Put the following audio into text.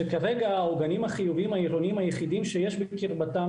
שכרגע העוגנים החיוביים העירוניים היחידים שיש בקרבתם